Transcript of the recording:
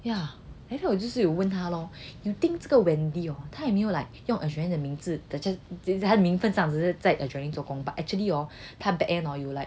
yeah then 我就是有问他 lor you think 这个 wendy hor 他也没有 like 用很 adreline 的名字的 just 他的名分只是在 adreline 做工 but actually hor 他 backend hor 有 like